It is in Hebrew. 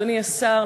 אדוני השר,